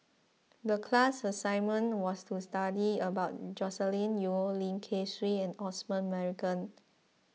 the class assignment was to study about Joscelin Yeo Lim Kay Siu and Osman Merican